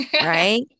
Right